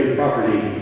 property